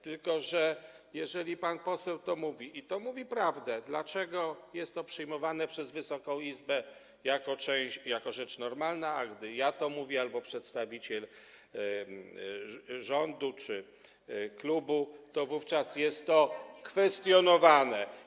Tylko że jeżeli pan poseł to mówi - i mówi prawdę - dlaczego jest to przyjmowane przez Wysoką Izbę jako rzecz normalna, a gdy ja to mówię albo przedstawiciel rządu czy klubu, to wówczas jest to kwestionowane?